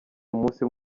umunsi